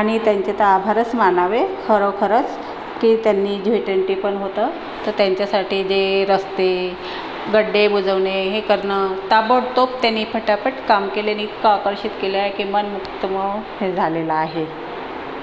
आणि त्यांचे तर आभारच मानावे खरोखरंच की त्यांनी झ्वी ट्वेन्टीपण होतं तर त्यांच्यासाठी जे रस्ते गड्डे बुजवणे हे करणं ताबडतोब त्यांनी फटाफट काम केले आणि इतकं आकर्षित केलंय की मन मुग्ध होऊन हे झालेलं आहे